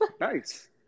Nice